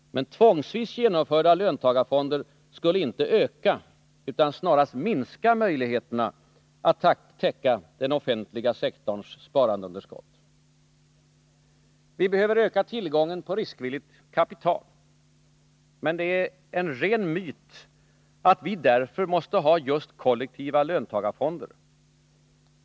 Tvångsvis genomförda löntagarfonder skulle inte öka utan snarast minska möjligheterna att täcka den offentliga sektorns sparandeunderskott. Vi behöver öka tillgången på riskvilligt kapital. Men det är en ren myt att vi därför måste ha just kollektiva löntagarfonder.